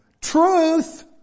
Truth